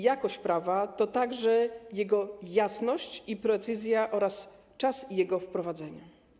Jakość prawa to także jego jasność i precyzja oraz czas jego wprowadzenia.